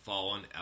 Fallen